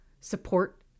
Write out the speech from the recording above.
support